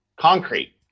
concrete